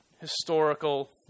historical